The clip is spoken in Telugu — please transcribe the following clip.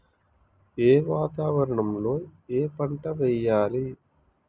ఏ వాతావరణం లో ఏ పంట వెయ్యాలి?